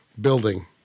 building